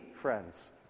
friends